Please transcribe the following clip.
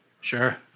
Sure